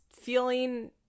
feeling